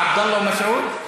עבדאללה ומסעוד?